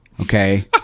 okay